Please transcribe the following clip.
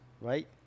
right